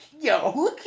Yo